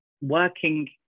working